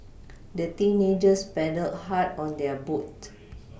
the teenagers paddled hard on their boat